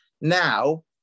Now